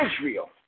Israel